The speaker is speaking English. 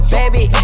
Baby